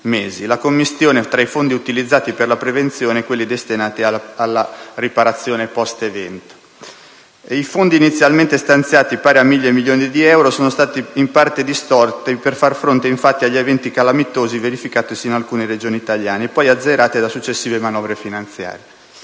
la commistione tra i fondi utilizzati per la prevenzione e quelli destinati alla riparazione *post* evento. I fondi inizialmente stanziati, pari a 1.000 milioni di euro, sono stati in parte distolti per far fronte infatti agli eventi calamitosi verificatisi in alcune Regioni italiane e poi azzerati da successive manovre finanziarie.